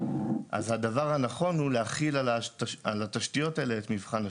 אז הדבר הנכון הוא להחיל על התשתיות האלה את מבחן השוק.